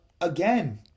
again